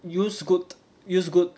use good use good